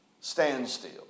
standstill